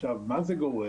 עכשיו, מה למה זה גורם?